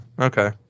okay